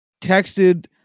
texted